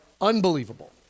unbelievable